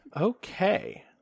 Okay